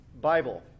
Bible